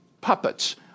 puppets